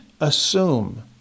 assume